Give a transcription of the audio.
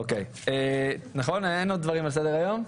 אין עוד דברים על סדר-היום.